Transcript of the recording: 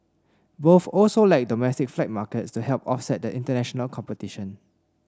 both also lack domestic flight markets to help offset the international competition